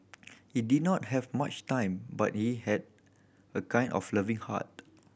he did not have much time but he had a kind of loving heart